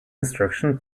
instruction